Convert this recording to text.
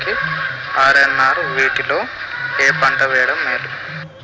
సోనా మాషురి కి ఆర్.ఎన్.ఆర్ వీటిలో ఏ పంట వెయ్యడం మేలు?